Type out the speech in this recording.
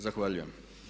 Zahvaljujem.